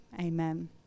Amen